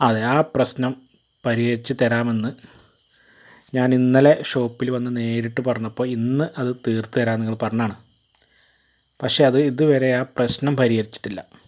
അതേ ആ പ്രശ്നം പരിഹരിച്ചു തരാമെന്ന് ഞാനിന്നലെ ഷോപ്പില് വന്ന് നേരിട്ട് പറഞ്ഞപ്പോൾ ഇന്ന് അത് തീർത്ത് തരാമെന്ന് നിങ്ങൾ പറഞ്ഞതാണ് പക്ഷെ അത് ഇത് വരെ ആ പ്രശ്നം പരിഹരിച്ചിട്ടില്ല